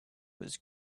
was